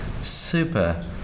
super